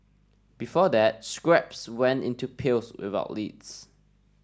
before that scraps went into pails without lids